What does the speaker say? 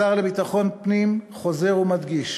השר לביטחון הפנים חוזר ומדגיש